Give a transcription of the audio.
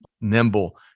nimble